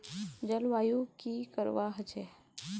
जलवायु की करवा होचे?